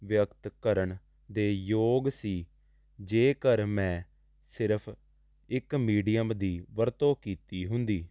ਵਿਅਕਤ ਕਰਨ ਦੇ ਯੋਗ ਸੀ ਜੇਕਰ ਮੈਂ ਸਿਰਫ ਇੱਕ ਮੀਡੀਅਮ ਦੀ ਵਰਤੋਂ ਕੀਤੀ ਹੁੰਦੀ